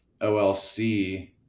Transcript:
olc